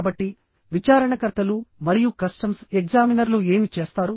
కాబట్టి విచారణకర్తలు మరియు కస్టమ్స్ ఎగ్జామినర్లు ఏమి చేస్తారు